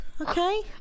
okay